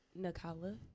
Nakala